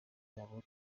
yabo